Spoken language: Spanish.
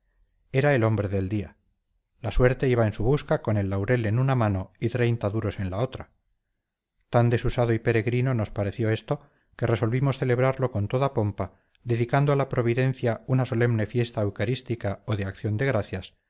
era el hombre del día la suerte iba en su busca con el laurel en una mano y treinta duros en la otra tan desusado y peregrino nos pareció esto que resolvimos celebrarlo con toda pompa dedicando a la providencia una solemne fiesta eucharistica o de acción de gracias